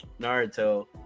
Naruto